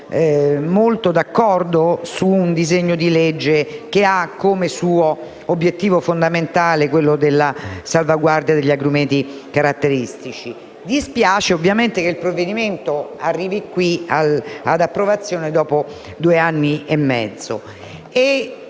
molto d'accordo con un disegno di legge che ha come obiettivo fondamentale la salvaguardia degli agrumeti caratteristici. Dispiace che il provvedimento arrivi ad approvazione dopo due anni e mezzo.